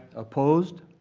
opposed?